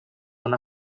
una